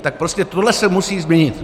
Tak prostě tohle se musí změnit.